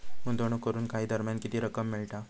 गुंतवणूक करून काही दरम्यान किती रक्कम मिळता?